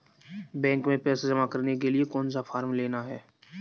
Bank में पैसा जमा करने के लिए कौन सा फॉर्म लेना है?